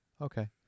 okay